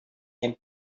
and